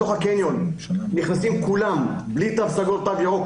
בתוך הקניון נכנסים כולם בלי תו סגול או תו ירוק,